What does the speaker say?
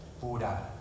pura